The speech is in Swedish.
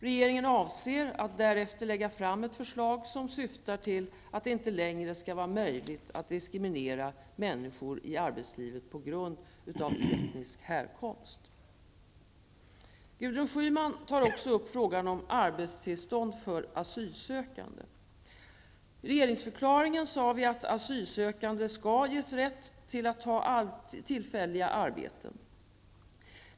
Regeringen avser att därefter lägga fram ett förslag som syftar till att det inte längre skall vara möjligt att diskriminera människor i arbetslivet på grund av etnisk härkomst. Gudrun Schyman tar också upp frågan om arbetstillstånd för asylsökande. I regeringsförklaringen sade vi att asylsökande skall ges rätt att ta tillfälliga arbeten.